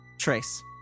trace